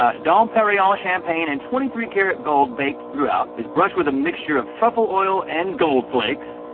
ah dom perignon champagne and twenty three carat gold baked throughout, is brushed with a mixture of truffle oil and gold flakes.